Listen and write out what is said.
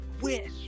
wish